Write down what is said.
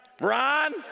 Ron